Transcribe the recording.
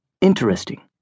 interesting